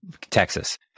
Texas